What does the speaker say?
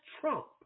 trump